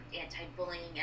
anti-bullying